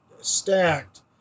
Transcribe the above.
stacked